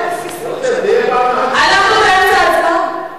אנחנו באמצע ההצבעה.